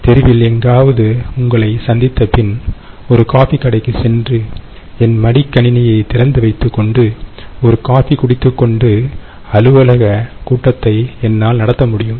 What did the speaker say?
தெருவில் எங்காவது உங்களை சந்தித்தபின் ஒரு காபி கடைக்கு சென்று என் மடிக்கணினியை திறந்து வைத்துக்கொண்டு ஒரு காபி குடித்துக்கொண்டே அலுவலக கூட்டத்தை என்னால் நடத்த முடியும்